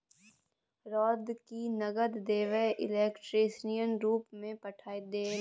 रौ की नगद देबेय इलेक्ट्रॉनिके रूपसँ पठा दे ने